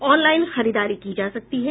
online खरीददारी की जा सकती है